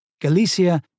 Galicia